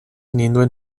ninduen